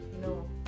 no